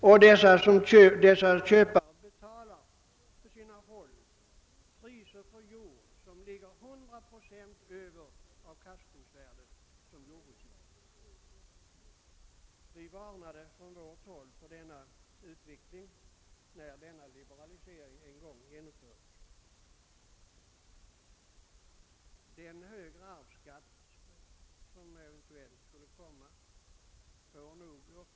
Och dessa köpare betalar på sina håll priser som ligger 100 procent över avkastningsvärdet från jordbrukssynpunkt.